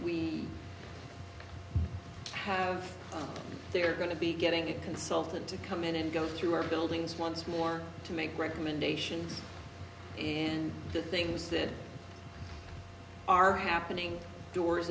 we have they are going to be getting a consultant to come in and go through our buildings once more to make recommendations and the things that are happening doors